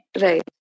Right